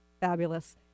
fabulous